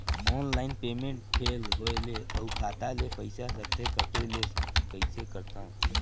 Online payment fail होय ले अउ खाता ले पईसा सकथे कटे ले कइसे करथव?